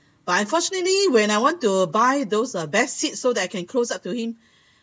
but unfortunately when I want to buy those uh best seat so that I can be closed up to him